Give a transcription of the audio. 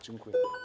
Dziękuję.